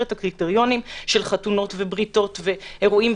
את הקריטריונים של חתונות ובריתות ואירועים,